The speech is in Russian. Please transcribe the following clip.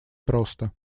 просто